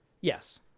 Yes